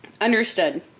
Understood